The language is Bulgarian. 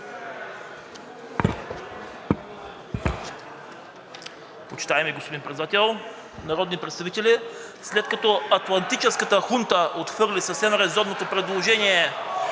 Почитаеми господин Председател, народни представители! След като атлантическата хунта отхвърли съвсем резонното предложение